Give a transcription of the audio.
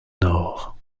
nord